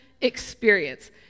experience